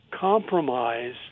compromise